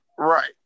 Right